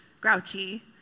grouchy